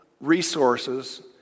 resources